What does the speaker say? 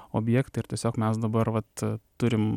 objektai ir tiesiog mes dabar vat turim